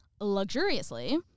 luxuriously